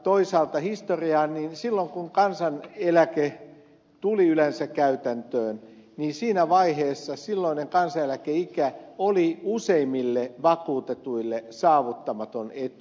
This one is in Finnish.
toisaalta historiaan niin silloin kun kansaneläke tuli yleensä käytäntöön siinä vaiheessa silloinen kansaneläkeikä oli useimmille vakuutetuille saavuttamaton etu